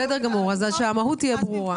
בסדר גמור, אבל שהמהות תהיה ברורה.